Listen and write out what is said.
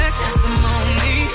testimony